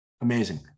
amazing